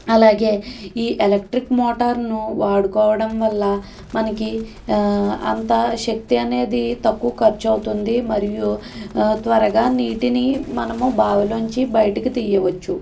అలాగే ఈ ఎలక్ట్రిక్ మోటారును వాడుకోవడం వల్ల మనకి అంత శక్తి అనేది తక్కువ ఖర్చు అవుతుంది మరియు త్వరగా నీటిని మనము బావిలో నుంచి బయటకి తియ్యవచ్చు